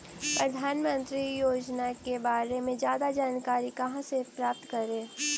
प्रधानमंत्री योजना के बारे में जादा जानकारी कहा से प्राप्त करे?